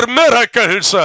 miracles